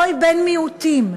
כל בן מיעוטים,